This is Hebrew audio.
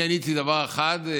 אני עניתי דבר אחד: